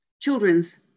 children's